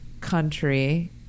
country